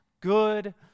Good